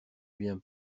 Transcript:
bien